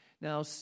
Now